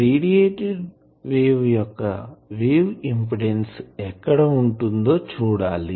radiated wave యొక్క wave impedance ఎక్కడ ఉంటుందో చూడాలి